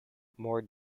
more